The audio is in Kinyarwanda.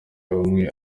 umwe